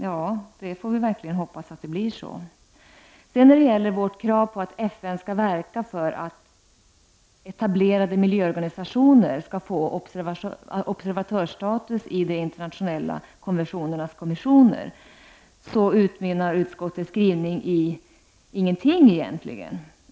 Ja, vi får verkligen hoppas att det blir så. När det gäller vårt krav att FN skall verka för att etablerade miljöorganisationer får observatörsstatus i de internationella konventionernas kommissioner utmynnar utskottets skrivning i ingenting, egentligen.